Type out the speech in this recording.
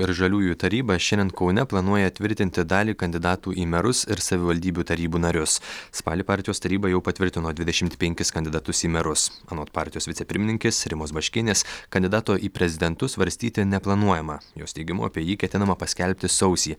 ir žaliųjų taryba šiandien kaune planuoja tvirtinti dalį kandidatų į merus ir savivaldybių tarybų narius spalį partijos taryba jau patvirtino dvidešimt penkis kandidatus į merus anot partijos vicepirmininkės rimos baškienės kandidato į prezidentus svarstyti neplanuojama jos teigimu apie jį ketinama paskelbti sausį